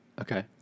Okay